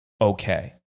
okay